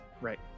Right